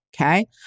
okay